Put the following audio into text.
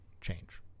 change